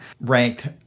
ranked